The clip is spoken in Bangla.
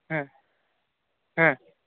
হ্যাঁ হ্যাঁ